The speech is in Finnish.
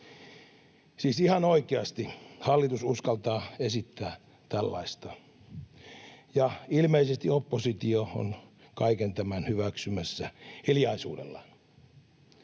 Siis ihan oikeasti hallitus uskaltaa esittää tällaista, ja ilmeisesti oppositio on kaiken tämän hyväksymässä hiljaisuudella.